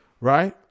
right